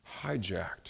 hijacked